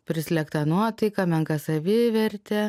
prislėgta nuotaika menka savivertė